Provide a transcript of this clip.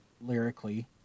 lyrically